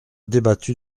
débattu